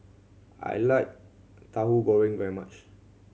I like Tahu Goreng very much